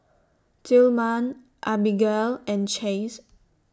Tillman Abigale and Chace